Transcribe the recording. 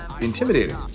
intimidating